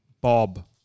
Bob